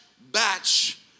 batch